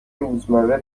روزمره